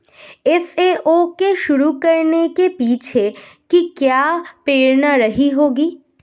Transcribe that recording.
FAO को शुरू करने के पीछे की क्या प्रेरणा रही होगी?